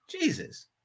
Jesus